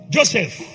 Joseph